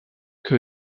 que